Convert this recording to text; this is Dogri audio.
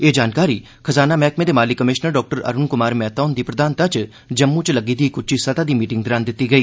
एह् जानकारी खजाना मैह्कमे दे माली कमिषनर डाक्टर अरूण कुमार मेहता हुंदी प्रधानता च जम्मू च लग्गी दी इक उच्ची सतह दी मीटिंग दौरान दित्ती गेई